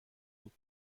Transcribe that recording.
بود